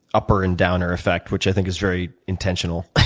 upper and downer effect, which i think is very intentional.